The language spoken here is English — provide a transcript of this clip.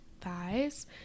thighs